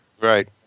Right